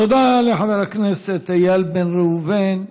תודה לחבר הכנסת איל בן ראובן.